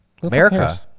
America